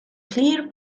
clear